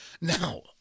Now